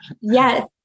yes